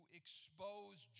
expose